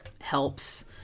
helps